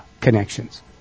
connections